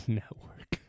network